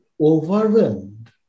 Overwhelmed